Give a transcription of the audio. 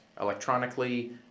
electronically